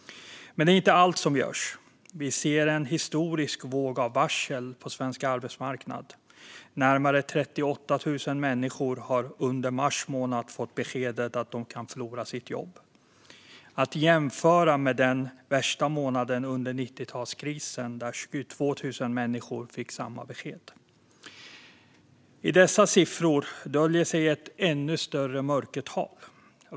Men det är inte allt som görs. Vi ser en historisk våg av varsel på svensk arbetsmarknad. Närmare 38 000 människor har under mars månad fått beskedet att de kan förlora sina jobb. Det kan jämföras med den värsta månaden under 90-talskrisen, då 22 000 människor fick samma besked. Här döljer sig ett ännu större mörkertal.